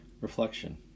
Reflection